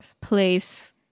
place